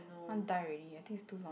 want to die already I think it's too long